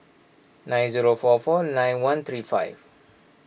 nine zero four four nine one three five